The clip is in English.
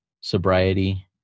sobriety